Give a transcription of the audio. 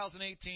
2018